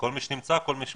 כל מי שנמצא, כל מי שמבקש.